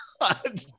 God